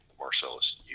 Marcellus